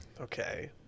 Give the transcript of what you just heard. Okay